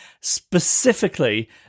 specifically